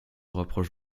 rapproche